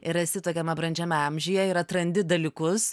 ir esi tokiame brandžiame amžiuje ir atrandi dalykus